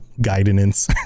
guidance